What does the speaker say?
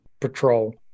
Patrol